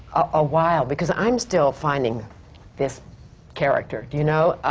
a while. because i'm still finding this character, do you know?